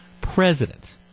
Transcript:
president